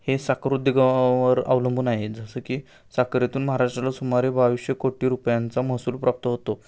हे साखर उद्योगा वर अवलंबून आहे जसं की साखरेतून महाराष्ट्राला सुमारे बावीसशे कोटी रुपयांचा महसूल प्राप्त होतो